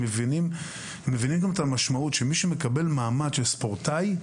הם מבינים את המשמעות שמי שמקבל מעמד של ספורטאי,